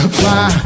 fly